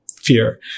fear